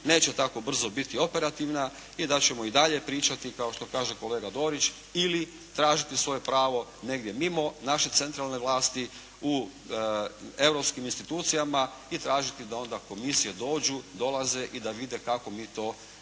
neće tako brzo biti operativna i da ćemo i dalje pričati, kao što kaže kolega Dorić, ili tražiti svoje pravo negdje mimo naše centralne vlasti u europskim institucijama i tražiti da onda komisije dođu, dolaze i da vide kako mi to